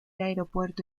aeropuerto